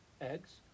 eggs